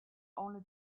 only